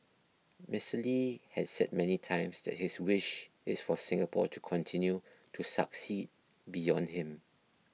Mister Lee had said many times that his wish is for Singapore to continue to succeed beyond him